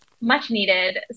much-needed